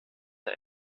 der